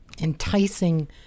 enticing